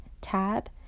tab